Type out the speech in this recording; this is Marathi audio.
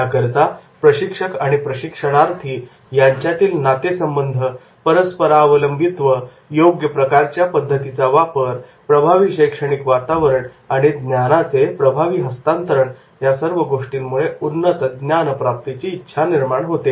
याकरिता प्रशिक्षक आणि प्रशिक्षणार्थी यांच्यातील नातेसंबंध परस्परावलंबित्व योग्य प्रकारच्या पद्धतीचा वापर प्रभावी शैक्षणिक वातावरण आणि ज्ञानाचे प्रभावी हस्तांतरण या सर्व गोष्टींमुळे उन्नत ज्ञानप्राप्तीची इच्छा निर्माण होते